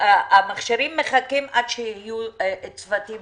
המכשירים מחכים עד שיהיו מספיק צוותים,